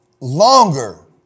longer